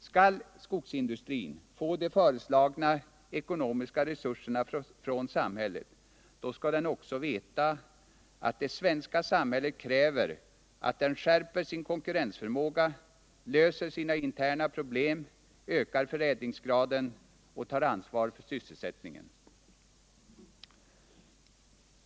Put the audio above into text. Skall skogsindustrin få de föreslagna ekonomiska resurserna från samhället, då skall den också veta att det svenska samhället kräver att den skärper sin konkurrensförmåga, löser sina interna problem, ökar förädlingsgraden och tar ansvar för sysselsättningen.